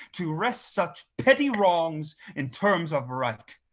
to wrest such petty wrongs in terms of right,